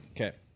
Okay